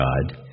God